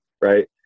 Right